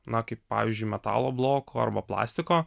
na kaip pavyzdžiui metalo bloko arba plastiko